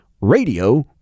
Radio